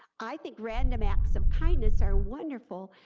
i think random acts of kindness are wonderful,